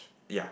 ya